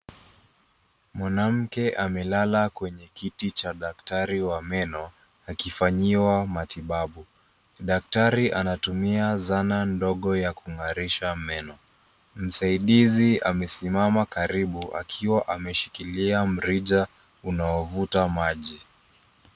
Mwanamke amelala kwenye kiti cha daktari wa meno akifanyiwa matibabu. Daktari anatumia zana ndogo ya kung'arisha meno. Msaidizi amesimama karibu akiwa ameshikilia mrija unaovuta maji.